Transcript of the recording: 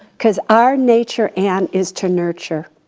cause our nature, ann, is to nurture.